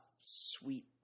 sweet